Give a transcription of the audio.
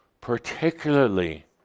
particularly